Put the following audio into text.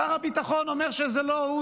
שר הביטחון אומר שזה לא הוא,